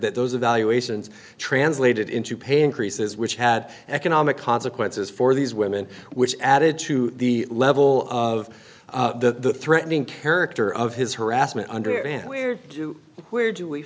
that those evaluations translated into pay increases which had economic consequences for these women which added to the level of the threatening character of his harassment under and where do where do we